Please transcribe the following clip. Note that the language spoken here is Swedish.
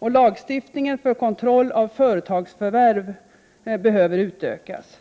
behöver lagstiftningen för kontroll av företagsförvärv utökas.